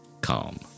calm